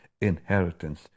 inheritance